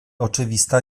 oczywista